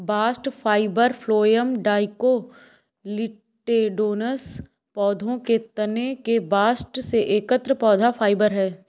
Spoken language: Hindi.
बास्ट फाइबर फ्लोएम डाइकोटिलेडोनस पौधों के तने के बास्ट से एकत्र पौधा फाइबर है